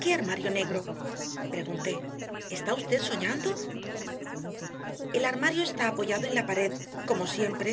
qué armario negro pregunté está usted soñando el armario está apoyado en la pared como siempre